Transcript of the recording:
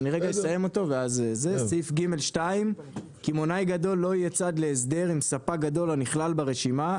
(2) (ג2) קמעונאי גדול לא יהיה צד להסדר עם ספק גדול הנכלל ברשימה,